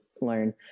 learn